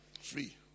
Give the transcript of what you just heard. Free